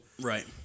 Right